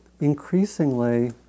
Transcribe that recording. increasingly